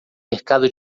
mercado